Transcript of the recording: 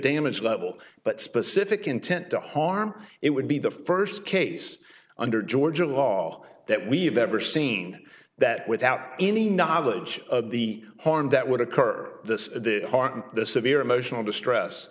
damage level but specific intent to harm it would be the first case under georgia law that we've ever seen that without any knowledge of the harm that would occur this the heart and the severe emotional distress